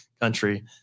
country